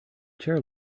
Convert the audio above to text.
chair